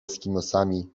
eskimosami